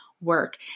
work